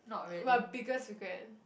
what biggest regret